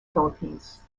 philippines